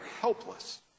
helpless